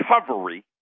recovery